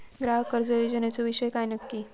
ग्राहक कर्ज योजनेचो विषय काय नक्की?